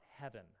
heaven